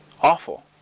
Awful